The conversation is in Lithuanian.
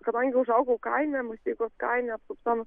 kadangi užaugau kaime musteikos kaime apsuptam